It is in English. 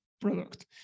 product